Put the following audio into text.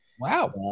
Wow